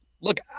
look